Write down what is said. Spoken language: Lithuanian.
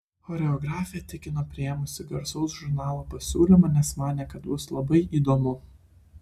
choreografė tikino priėmusi garsaus žurnalo pasiūlymą nes manė kad bus labai įdomu